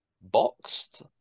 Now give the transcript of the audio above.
Boxed